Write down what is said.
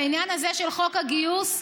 בעניין הזה של חוק הגיוס,